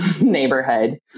neighborhood